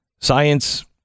Science